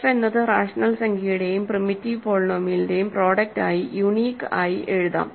F എന്നത് rational സംഖ്യയുടെയും primitive പോളിനോമിയലിന്റെയും പ്രോഡക്ട് ആയി യൂണീക് ആയി എഴുതാം